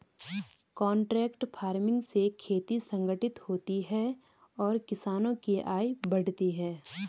contract farming से खेती संगठित होती है और किसानों की आय बढ़ती है